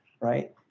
right